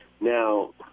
Now